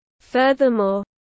furthermore